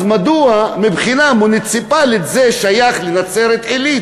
אז מדוע מבחינה מוניציפלית זה שייך לנצרת-עילית?